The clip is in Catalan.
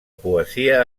poesia